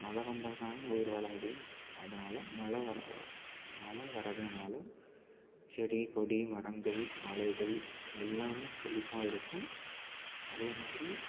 மழை வந்தால் தான் உயிர் வாழ முடியும் அதனால் மழை வரா மழை வரதுனால் செடி கொடி மரங்கள் மலைகள் எல்லாம் செழிப்பாக இருக்கும் அதே மாதிரி